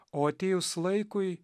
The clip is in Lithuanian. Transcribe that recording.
o atėjus laikui